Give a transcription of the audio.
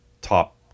top